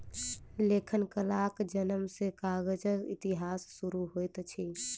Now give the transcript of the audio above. लेखन कलाक जनम सॅ कागजक इतिहास शुरू होइत अछि